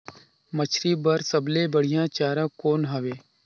मछरी बर सबले बढ़िया चारा कौन हवय?